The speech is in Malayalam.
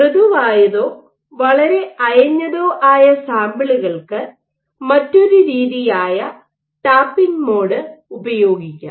മൃദുവായതോ വളരെ അയഞ്ഞതോ ആയ സാമ്പിളുകൾക്ക് മറ്റൊരു രീതിയായ ടാപ്പിംഗ് മോഡ് ഉപയോഗിക്കാം